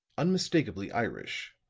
unmistakably irish,